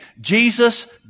Jesus